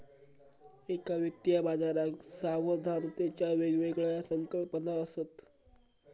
एका वित्तीय बाजाराक सावधानतेच्या वेगवेगळ्या संकल्पना असत